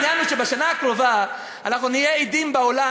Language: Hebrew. העניין הוא שבשנה הקרובה אנחנו נהיה עדים בעולם